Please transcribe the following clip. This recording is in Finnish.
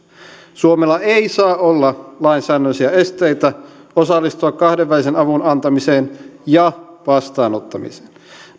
suomella ei saa olla lainsäädännöllisiä esteitä osallistua kahdenvälisen avun antamiseen ja vastaanottamiseen